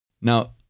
Now